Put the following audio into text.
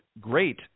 great